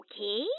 Okay